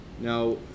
Now